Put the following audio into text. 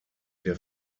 der